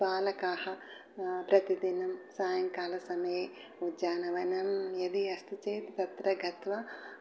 बालकाः प्रतिदिनं सायङ्कालसमये उद्यानवनं यदि अस्ति चेत् तत्र गत्वा